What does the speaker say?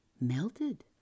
melted